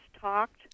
talked